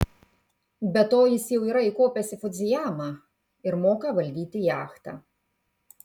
be to jis jau yra įkopęs į fudzijamą ir moka valdyti jachtą